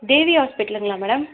தேவி ஹாஸ்பிட்டலுங்களா மேடம்